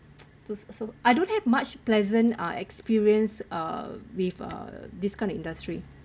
do so I don't have much pleasant uh experience uh with uh this kind of industry